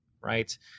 right